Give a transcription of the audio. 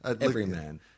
everyman